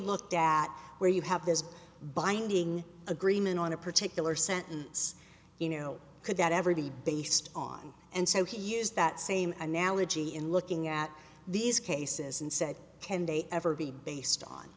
looked at where you have this binding agreement on a particular sentence you know could that ever be based on and so he used that same analogy in looking at these cases and said ten day ever be based on